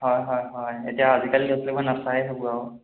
হয় হয় হয় এতিয়া আজিকালিৰ ল'ৰা ছোৱালীবোৰে নাচায়েই সেইবোৰ আৰু